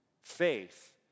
faith